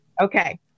Okay